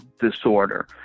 disorder